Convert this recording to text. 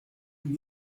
and